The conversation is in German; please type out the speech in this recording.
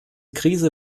krise